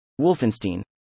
Wolfenstein